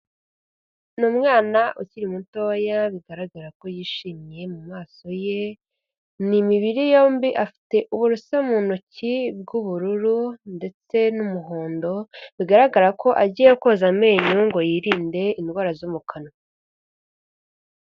Ni umwana ukiri mutoya bigaragara ko yishimye mu maso ye, ni imibiri yombi afite uburoso mu ntoki bw'ubururu ndetse n'umuhondo, bigaragara ko agiye koza amenyo ngo yirinde indwara zo mu kanwa.